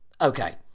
okay